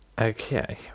okay